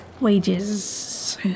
wages